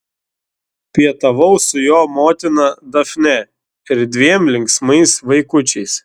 pietavau su jo motina dafne ir dviem linksmais vaikučiais